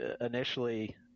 initially